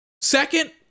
second